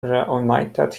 reunited